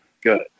good